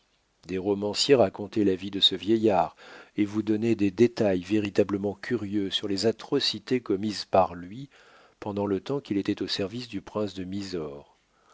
des romanciers racontaient la vie de ce vieillard et vous donnaient des détails véritablement curieux sur les atrocités commises par lui pendant le temps qu'il était au service du prince de